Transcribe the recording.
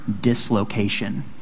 dislocation